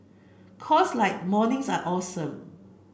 cause like mornings are awesome